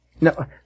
No